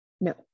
no